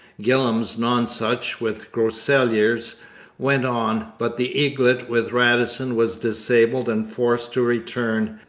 gillam's nonsuch with groseilliers went on, but the eaglet with radisson was disabled and forced to return,